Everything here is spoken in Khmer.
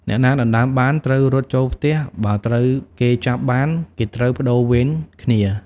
អ្នកណាដណ្តើមបាន ត្រូវរត់ចូលផ្ទះ បើត្រូវគេចាប់បាន គេត្រូវប្តូរវេនគ្នា ។